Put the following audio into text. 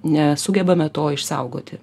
nesugebame to išsaugoti